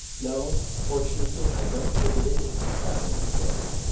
no, fortunately, i don't think it is, baron rejoined,